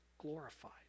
glorified